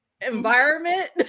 environment